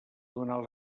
donar